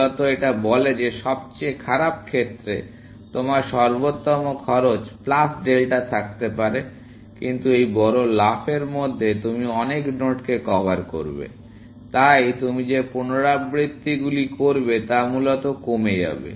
মূলত এটা বলে যে সবচেয়ে খারাপ ক্ষেত্রে তোমার সর্বোত্তম খরচ প্লাস ডেল্টা থাকতে পারে কিন্তু এই বড় লাফের মধ্যে তুমি অনেক নোডকে কভার করবে তাই তুমি যে পুনরাবৃত্তিগুলি করবে তা মূলত কমে যাবে